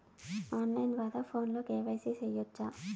on line ద్వారా ఫోనులో KYC సేయొచ్చా